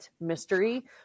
mystery